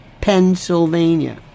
Pennsylvania